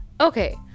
Okay